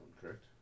correct